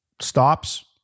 stops